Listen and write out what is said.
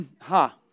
Ha